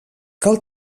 cal